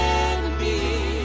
enemy